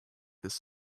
this